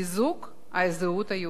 חיזוק הזהות היהודית.